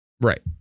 Right